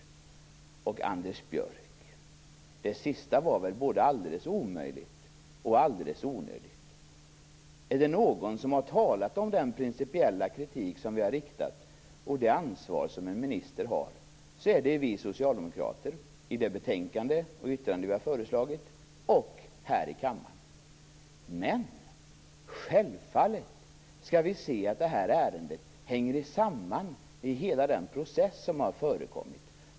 Det sista Anders Björck sade var väl både alldeles omöjligt och alldeles onödigt. Är det någon som har talat om den principiella kritik som vi har riktat och det ansvar som en minister har är det vi socialdemokrater. Det har vi gjort i det betänkande och det yttrande vi har föreslagit och här i kammaren. Men självfallet hänger detta ärende samman med hela den process som har förekommit.